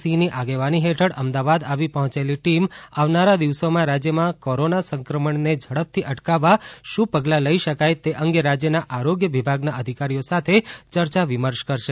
સિંહની આગેવાની હેઠળ અમદાવાદ આવી પહોંચેલી ટીમ આવાનારા દિવસોમાં રાજ્યમાં કોરોના સંક્રમણને ઝડપથી અટકાવવા શું પગલાં લઈ શકાય તે અંગે રાજ્યનાં આરોગ્ય વિભાગનાં અધિકારીઓ સાથે ચર્ચા વિર્મશ કરશે